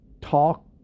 talk